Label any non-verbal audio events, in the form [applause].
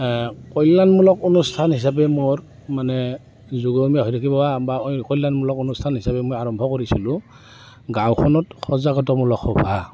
কল্যাণমূলক অনুষ্ঠান হিচাপে মোৰ মানে যোগমীয়া [unintelligible] কল্যাণমূলক অনুষ্ঠান হিচাপে মই আৰম্ভ কৰিছিলোঁ গাঁওখনত সজাগতা মূলক সভা